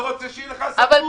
אני לא רוצה שתהיה לך סמכות.